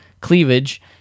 Cleavage